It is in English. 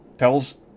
tells